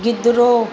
गिदिरो